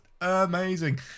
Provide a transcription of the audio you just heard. amazing